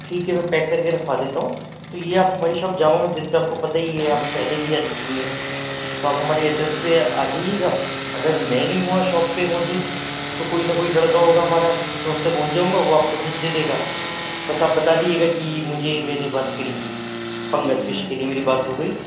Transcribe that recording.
ٹھیک ہے میں پیک کر کے رکھوا دیتا ہوں تو یہ آپ ہماری شاپ جامع مسجد پہ آپ کو پتہ ہی ہے آپ پہلے بھی آ چکی ہیں تو آپ ہمارے ایڈریس پہ آ جائیے گا اگر میں نہیں ہوا شاپ پہ موجود تو کوئی نہ کوئی لڑکا ہوگا ہمارا میں اس سے بول جاؤں گا وہ آپ کو فش دے دے گا بس آپ بتا دیجیے گا کہ مجھے میں نے بات کری تھی فنگس فش کے لیے میری بات ہو گئی